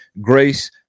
Grace